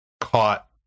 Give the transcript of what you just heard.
caught